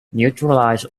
neutralize